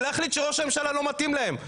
ולהחליט שראש הממשלה לא מתאים להם.